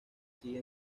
sigue